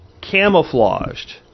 camouflaged